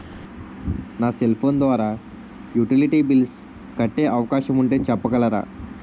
నా cell phone ద్వారా utility bills కట్టే అవకాశం ఉంటే చెప్పగలరా?